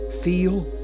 feel